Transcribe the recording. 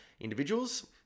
individuals